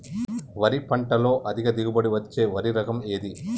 వరి పంట లో అధిక దిగుబడి ఇచ్చే వరి రకం ఏది?